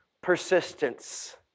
persistence